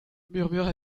murmura